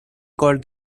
called